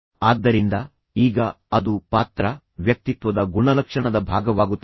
ಆದ್ದರಿಂದ ಈಗ ಅದು ಪಾತ್ರ ವ್ಯಕ್ತಿತ್ವದ ಗುಣಲಕ್ಷಣದ ಭಾಗವಾಗುತ್ತದೆ